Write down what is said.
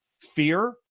fear